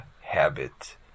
habit